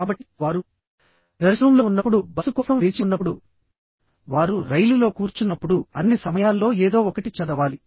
కాబట్టి వారు రెస్ట్రూమ్లో ఉన్నప్పుడు బస్సు కోసం వేచి ఉన్నప్పుడు వారు రైలులో కూర్చున్నప్పుడు అన్ని సమయాల్లో ఏదో ఒకటి చదవాలి